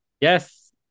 Yes